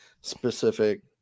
specific